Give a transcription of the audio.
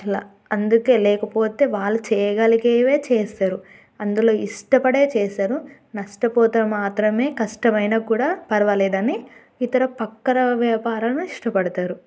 అసల అందుకే లేకపోతే వాళ్ళు చెయ్యగలిగేవే చేస్తారు అందులో ఇష్టపడే చేస్తారు నష్టపోతే మాత్రమే కష్టమైనా కూడా పర్వాలేదని ఇతర పక్కన వ్యాపారాలను ఇష్టపడతారు